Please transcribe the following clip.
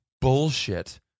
bullshit